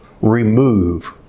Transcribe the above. remove